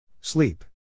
Sleep